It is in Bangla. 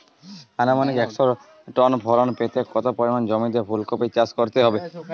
আনুমানিক একশো টন ফলন পেতে কত পরিমাণ জমিতে ফুলকপির চাষ করতে হবে?